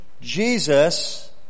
Jesus